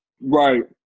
Right